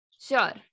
Sure